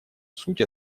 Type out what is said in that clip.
суть